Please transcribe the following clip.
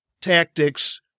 tactics